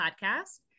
Podcast